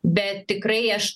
bet tikrai aš